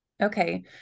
Okay